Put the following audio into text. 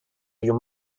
you